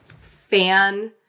fan